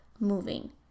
moving